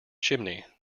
chimney